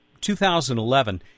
2011